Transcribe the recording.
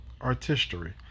artistry